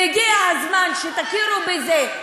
והגיע הזמן שתכירו בזה.